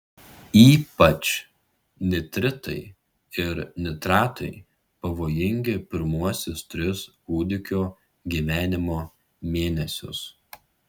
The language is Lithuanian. ypač nitritai ir nitratai pavojingi pirmuosius tris kūdikio gyvenimo mėnesius